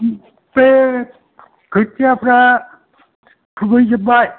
बे खोथियाफ्रा खुबैजोब्बाय